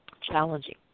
challenging